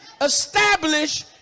establish